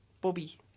Bobby